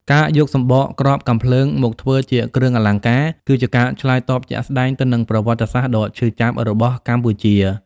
ការយកសម្បកគ្រាប់កាំភ្លើងមកធ្វើជាគ្រឿងអលង្ការ គឺជាការឆ្លើយតបជាក់ស្ដែងទៅនឹងប្រវត្តិសាស្ត្រដ៏ឈឺចាប់របស់កម្ពុជា។